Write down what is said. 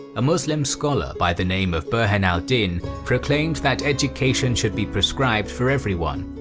a muslim scholar by the name of burhan al-din proclaimed that education should be prescribed for everyone,